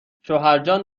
شوهرجان